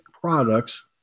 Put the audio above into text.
products